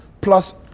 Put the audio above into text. plus